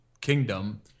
kingdom